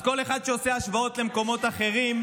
אז כל אחד שעושה השוואות למקומות אחרים,